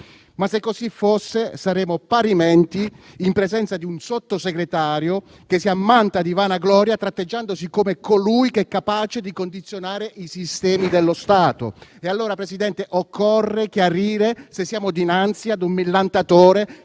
Ma, se così fosse, saremmo parimenti in presenza di un Sottosegretario che si ammanta di vanagloria, tratteggiandosi come colui che è capace di condizionare i sistemi dello Stato. Allora, Presidente, occorre chiarire se siamo dinanzi a un millantatore